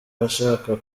ashaka